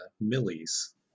Millies